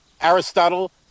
Aristotle